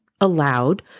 allowed